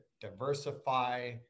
diversify